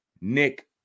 Nick